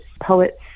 poets